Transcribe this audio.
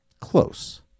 close